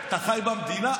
אתה חי במדינה?